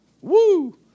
Woo